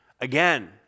again